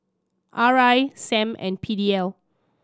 R I Sam and P D L